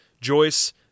Joyce